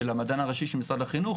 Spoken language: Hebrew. של המדען הראשי של משרד החינוך,